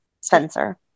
Spencer